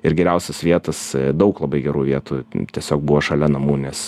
ir geriausios vietos daug labai gerų vietų tiesiog buvo šalia namų nes